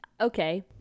Okay